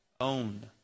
own